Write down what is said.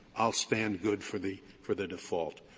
i'll stand good for the for the default.